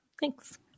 Thanks